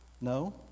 No